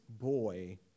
boy